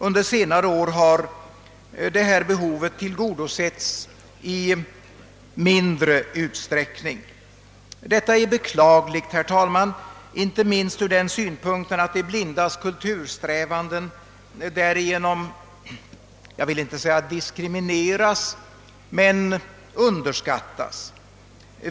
Under senare år har detta behov tillgodosetts i mindre utsträckning. Detta är beklagligt, herr talman, inte minst ur den synpunkten att de blindas kultursträvanden därigenom underskattas — jag vill inte säga diskrimineras.